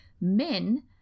Men